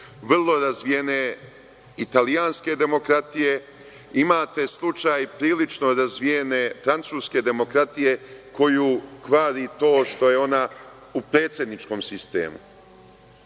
vrlo razvijene italijanske demokratije, imate slučaj prilično razvijene francuske demokratije koju kvari to što je ona u predsedničkom sistemu.